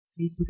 Facebook